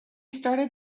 started